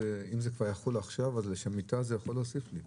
אם זה כבר יחול עכשיו אז זה יכול להוסיף לי.